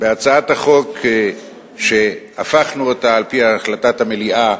הצעת החוק, שהפכנו אותה, על-פי החלטת המליאה,